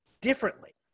differently